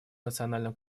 национальном